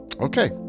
okay